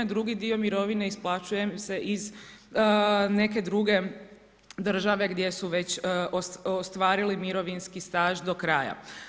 Drugi dio mirovine isplaćuje im se iz neke druge države gdje su već ostvarili mirovinski staž do kraja.